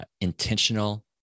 intentional